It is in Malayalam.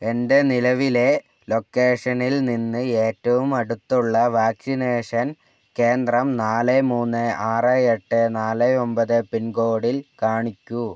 എൻ്റെ നിലവിലെ ലൊക്കേഷനിൽ നിന്ന് ഏറ്റവും അടുത്തുള്ള വാക്സിനേഷൻ കേന്ദ്രം നാല് മൂന്ന് ആറ് എട്ട് നാല് ഒൻപത് പിൻകോഡിൽ കാണിക്കൂ